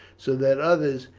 so that others,